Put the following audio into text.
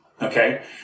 Okay